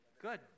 Good